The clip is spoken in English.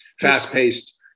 fast-paced